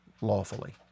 lawfully